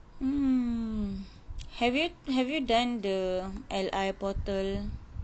mm have you have you done the L_I portal